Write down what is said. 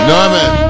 Norman